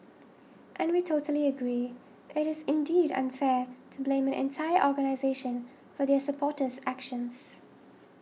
and we totally agree it is indeed unfair to blame an entire organisation for their supporters actions